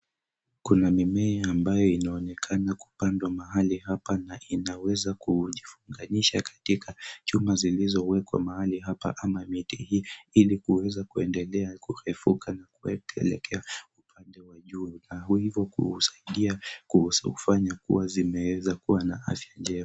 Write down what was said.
Kuna mimea ambayo inaonekana kupandwa mahali hapa na inaweza kujifunganisha katika chuma zilizowekwa mahali hapa ama miti hii ili kuweza kuendelea kurefuka na kuelekea upande wa juu na hivyo kuusaidia kuufanya kuwa zimeweza kuwa na afya njema.